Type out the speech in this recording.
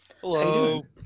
hello